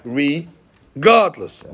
regardless